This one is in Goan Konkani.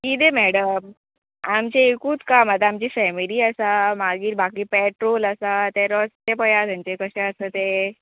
किदें मॅडम आमचें एकूत काम आतां आमची फॅमिली आसा मागीर बाकी पेट्रोल आसा तें रस्ते पळया थंयचे कशे आसा तें